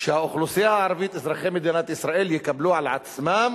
שהאוכלוסייה הערבית אזרחי מדינת ישראל יקבלו על עצמם